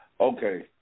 okay